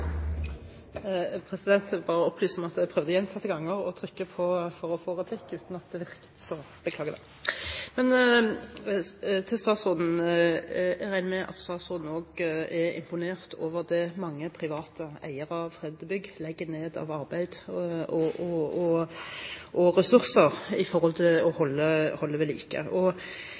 Jeg vil bare opplyse om at jeg prøvde gjentatte ganger å trykke for å få replikk, uten at det virket – beklager det. Jeg regner med at statsråden også er imponert over det mange private eiere legger ned av arbeid og